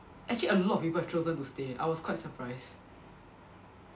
actually a lot of people chosen to stay I was quite surprised